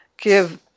give